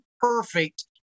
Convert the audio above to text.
perfect